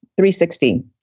360